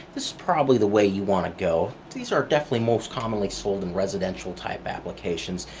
this is probably the way you want to go. these are definitely most commonly sold in residential-type applications.